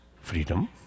freedom